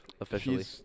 officially